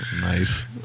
Nice